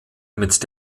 mit